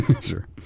Sure